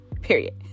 period